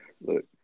look